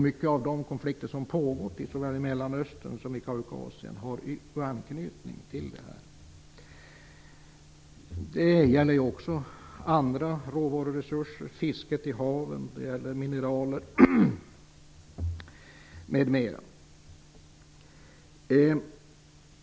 Många av de konflikter som pågår i såväl Mellanöstern som Kaukasien har också en anknytning till nämnda tillgångar. Det gäller även andra råvaruresurser - fisket i haven, mineraler m.m.